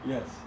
Yes